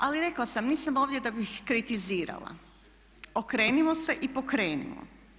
Ali rekla sam, nisam ovdje da bih kritizirala, okrenimo se i pokrenimo.